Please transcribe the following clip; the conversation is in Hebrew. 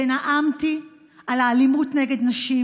ונאמתי על אלימות נגד נשים,